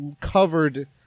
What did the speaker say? covered